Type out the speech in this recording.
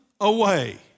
away